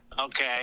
okay